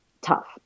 tough